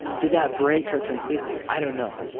did that break her completely? i don't know.